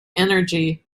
energy